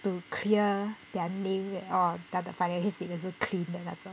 to clear their name or that their financial statement 是 clean 的那种